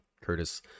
Curtis